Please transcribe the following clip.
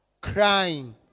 crying